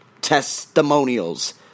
testimonials